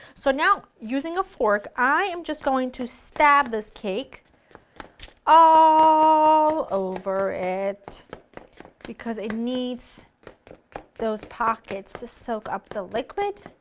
so now, using a fork, i am just going to stab this cake all over it because it needs those pockets to soak up the liquid.